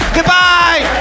Goodbye